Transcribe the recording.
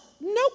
Nope